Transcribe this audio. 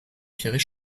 virée